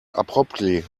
abruptly